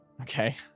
Okay